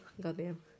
Goddamn